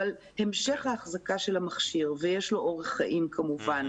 אבל המשך האחזקה של המכשיר ויש לו אורך חיים כמובן